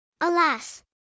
Alas